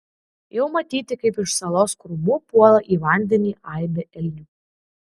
jau matyti kaip iš salos krūmų puola į vandenį aibė elnių